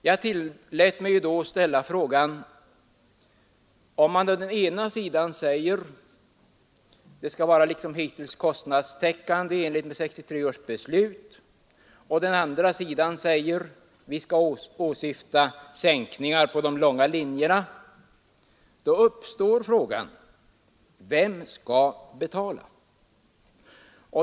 Jag ställde då frågan: Om man å ena sidan säger att verksamheten liksom hittills skall vara kostnadstäckande i enlighet med 1963 års beslut och å andra sidan säger att man åsyftar sänkningar på de långa linjerna, vem skall betala?